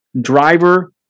driver